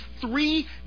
three